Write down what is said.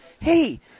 Hey